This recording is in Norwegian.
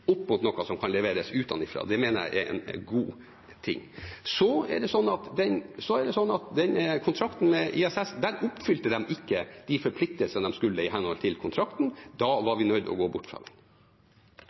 opp mot noe som kan leveres utenfra. Det mener jeg er en god ting. ISS oppfylte ikke de ikke forpliktelsene de skulle i henhold til kontrakten. Da var vi nødt til å gå bort ifra den. Leif Audun Sande – til